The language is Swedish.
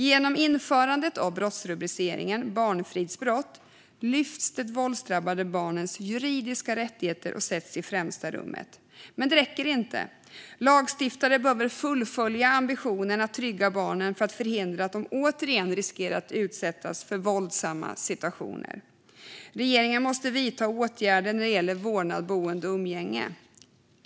Genom införandet av brottsrubriceringen barnfridsbrott skulle de våldsdrabbade barnens juridiska rättigheter lyftas fram och sättas i främsta rummet. Men det räcker inte. Lagstiftare behöver fullfölja ambitionen att trygga barnen för att minska risken att de återigen utsätts för våldsamma situationer. Regeringen måste vidta åtgärder när det gäller vårdnad, boende och umgänge.